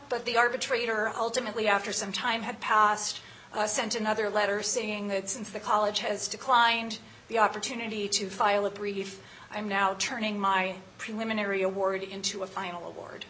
but the arbitrator ultimately after some time had passed sent another letter saying that since the college has declined the opportunity to file a brief i'm now turning my preliminary award into a final award